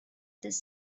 this